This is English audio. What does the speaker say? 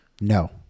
No